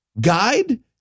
Guide